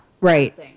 right